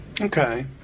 Okay